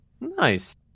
nice